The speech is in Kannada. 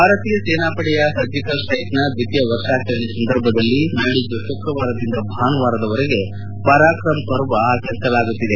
ಭಾರತೀಯ ಸೇನಾಪಡೆಯ ಸರ್ಜಿಕಲ್ ಸ್ಟೈಕ್ನ ದ್ವಿತೀಯ ವರ್ಷಾಚರಣೆ ಸಂದರ್ಭದಲ್ಲಿ ನಾಡಿದ್ದು ಶುಕ್ರವಾರದಿಂದ ಭಾನುವಾರದವರೆಗೆ ಪರಾಕ್ರಮ್ ಪರ್ವ ಎಂದು ಆಚರಿಸಲಾಗುತ್ತದೆ